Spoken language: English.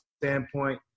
standpoint